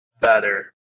better